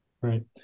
Right